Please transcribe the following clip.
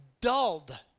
dulled